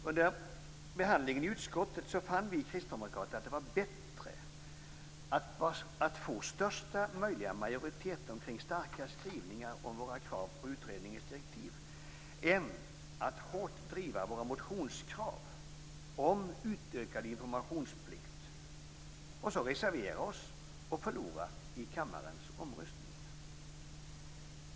Under behandlingen i utskottet fann vi kristdemokrater att det var bättre att få största möjliga majoritet omkring starka skrivningar om våra krav på utredningens direktiv än att hårt driva våra motionskrav om utökad informationsplikt, sedan reservera oss och förlora i kammarens omröstning.